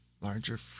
larger